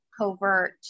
covert